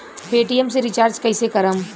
Paytm से recharge कईसे करम?